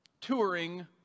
touring